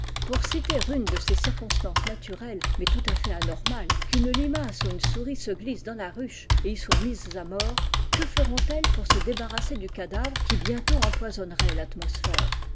pour citer une de ces circonstances naturelles mais tout à fait anormales qu'une limace ou une souris se glissent dans la ruche et y soient mises à mort que feront el ies pour se débarrasser du cadavre qui bientôt empoisonnerait l'atmosphère